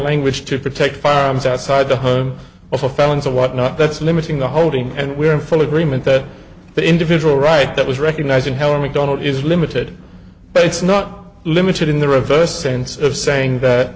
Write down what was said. language to protect firearms outside the home of a felons or whatnot that's limiting the holding and we're in full agreement that the individual right that was recognizing heller macdonald is limited but it's not limited in the reversed sense of saying that